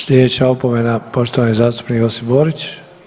Slijedeća opomena poštovani zastupnik Josip Borić.